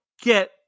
get